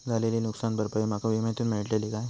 झालेली नुकसान भरपाई माका विम्यातून मेळतली काय?